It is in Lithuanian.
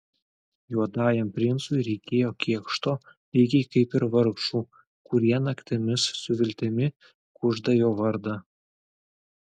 juodajam princui reikėjo kėkšto lygiai kaip ir vargšų kurie naktimis su viltimi kužda jo vardą